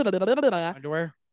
Underwear